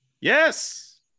Yes